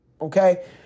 Okay